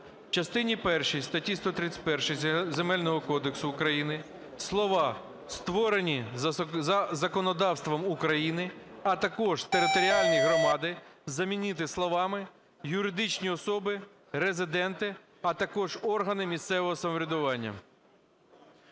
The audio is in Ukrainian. В частині першій статті 131 Земельного кодексу України слова "створені за законодавством України, а також територіальні громади" замітити словами "юридичні особи резиденти, а також органи місцевого самоврядування".